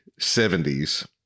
70s